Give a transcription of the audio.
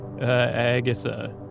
Agatha